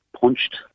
punched